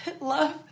Love